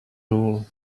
rule